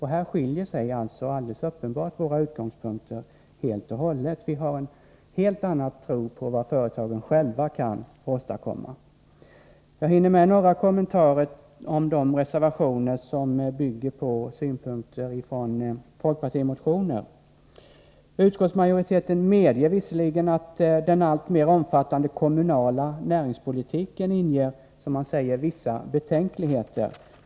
Här skiljer sig alltså våra utgångspunkter helt och hållet från varandra — vi har en helt annan tro på vad företagen själva kan åstadkomma. Jag hinner med några kommentarer till de reservationer som bygger på synpunkter från folkpartimotioner. Utskottsmajoriteten medger visserligen att den alltmer omfattande kommunala näringspolitiken inger ”vissa betänkligheter”.